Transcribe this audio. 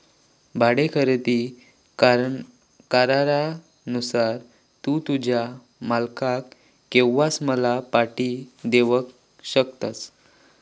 भाडे खरेदी करारानुसार तू तुझ्या मालकाक केव्हाय माल पाटी देवक शकतस